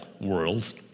world